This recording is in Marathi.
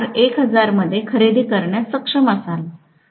1000 मध्ये खरेदी करण्यास सक्षम असाल